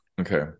Okay